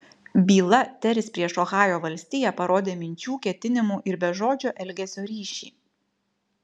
byla teris prieš ohajo valstiją parodė minčių ketinimų ir bežodžio elgesio ryšį